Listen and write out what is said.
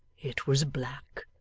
it was black,